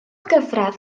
gyfradd